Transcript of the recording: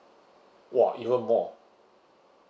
!wah! even more